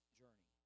journey